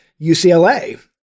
UCLA